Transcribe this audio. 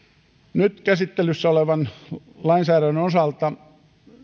nyt käsittelyssä olevan lainsäädännön osalta